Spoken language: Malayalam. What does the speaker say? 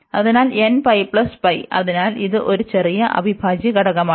അതിനാൽ അതിനാൽ ഇത് ഒരു ചെറിയ അവിഭാജ്യ ഘടകമാണ്